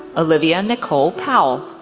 olivia nicole powell,